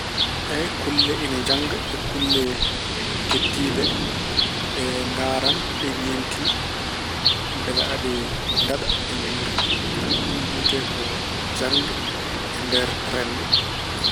Eey, kulle ine njannga e kulle keddiiɗe ɗe. Ɗe ndaaran, ɗe ñeemtina mbele aɗe ndaɗa, ɗe nguura. Ɗum wiyetee ko jaŋde e nder renndo.